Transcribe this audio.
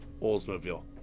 oldsmobile